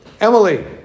Emily